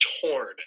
torn